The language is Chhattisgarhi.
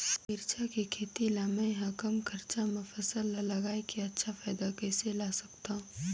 मिरचा के खेती ला मै ह कम खरचा मा फसल ला लगई के अच्छा फायदा कइसे ला सकथव?